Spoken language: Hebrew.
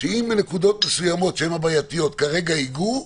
שאם בנקודות מסוימות שהן הבעייתיות כרגע ייגעו,